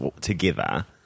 together